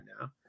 now